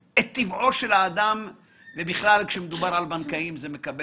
אני חושב שדווקא באירוע של התחרות בבנקים יש לקונות.